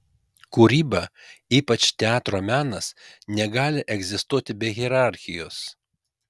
kūryba ypač teatro menas negali egzistuoti be hierarchijos